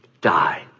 die